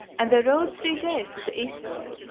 and they rowed three days to the eastward,